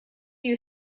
you